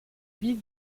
ville